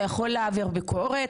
אתה יכול להעביר ביקורת,